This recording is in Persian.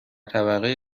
طبقه